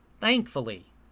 Thankfully